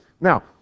Now